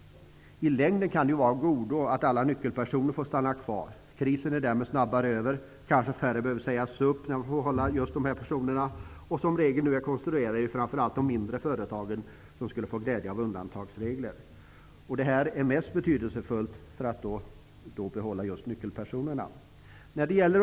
I längden kan det vara av godo att alla nyckelpersoner får stanna kvar. Krisen skulle därmed gå över snabbare, och färre personer kanske behöver sägas upp när arbetsgivaren får behålla just de här personerna. Som regeln nu är konstruerad är det framför allt de mindre företagen som skulle få glädje av undantagsregler. Det är där som det är mest betydelsefullt att behålla nyckelpersonerna.